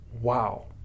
wow